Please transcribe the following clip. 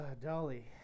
Dolly